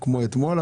כמו אתמול,